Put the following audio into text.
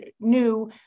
new